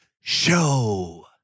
show